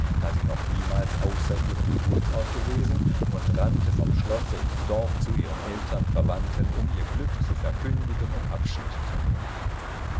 da sie noch niemals außer ihrem geburtsort gewesen und rannte vom schlosse ins dorf zu ihren eltern verwandten um ihr glück zu verkündigen und abschied zu nehmen